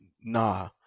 nah